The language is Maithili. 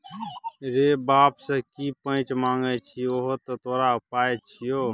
रे बाप सँ की पैंच मांगय छै उहो तँ तोरो पाय छियौ